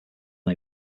may